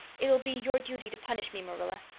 it'll be your duty to punish me, marilla.